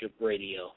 Radio